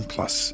Plus